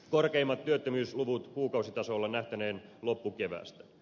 korkeimmat työttömyysluvut kuukausitasolla nähtäneen loppukeväästä